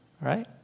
Right